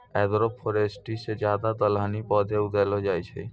agroforestry से ज्यादा दलहनी पौधे उगैलो जाय छै